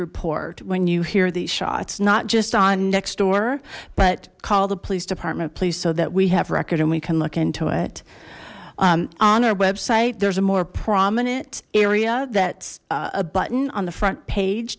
report when you hear these shots not just on next door but call the police department please so that we have record and we can look into it on our website there's a more prominent area that's a button on the front page